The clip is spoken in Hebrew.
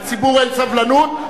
לציבור אין סבלנות,